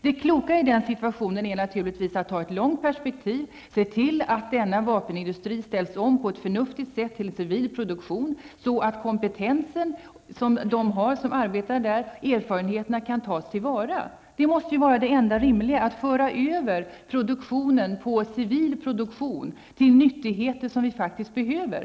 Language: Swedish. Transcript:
Det kloka i den situationen är naturligtvis att ha ett långt perspektiv och se till att vapenindustrin på ett förnuftigt sätt ställs om till civil produktion, så att de arbetandes erfarenhet och kompetens kan tas till vara. Det enda rimliga måste ju vara att gå över till civil produktion och producera sådant som vi faktiskt behöver.